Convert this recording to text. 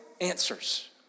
answers